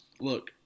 look